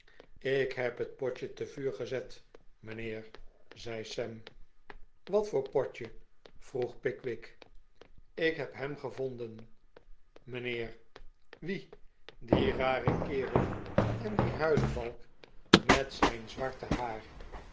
ik heb het potje te vuur gezet mijnheer zei sam wat voor potje vroeg pickwick ik heb hem gevonden mijnheer wieh dien raren kerel en dien huilebalk met zijn zwarte haar